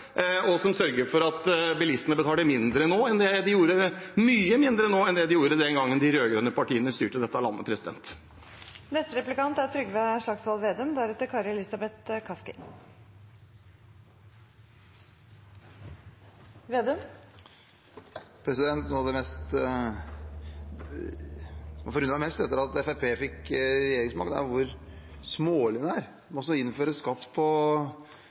og som sørger for at bilistene betaler mye mindre nå enn det de gjorde den gangen de rød-grønne partiene styrte dette landet. Noe av det som har forundret meg mest etter at Fremskrittspartiet fikk regjeringsmakt, er hvor smålig man er. Man skal innføre skatt på